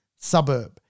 suburb